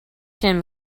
him